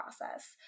process